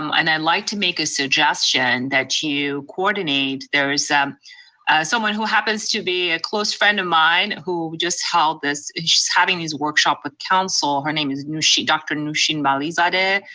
um and i'd like to make a suggestion that you coordinate. there's someone who happens to be a close friend of mine who just held this and she's having these workshops with council. her name is noosheen, dr. noosheen balisada,